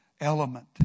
element